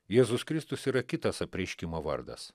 jėzus kristus yra kitas apreiškimo vardas